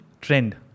trend